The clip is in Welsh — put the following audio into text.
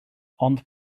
ond